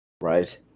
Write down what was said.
Right